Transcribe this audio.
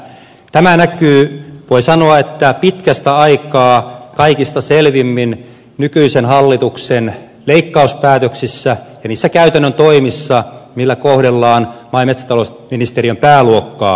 tämä näkyy voi sanoa pitkästä aikaa kaikista selvimmin nykyisen hallituksen leikkauspäätöksissä ja niissä käytännön toimissa millä kohdellaan maa ja metsätalousministeriön pääluokkaa